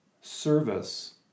service